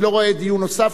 אני לא רואה דיון נוסף,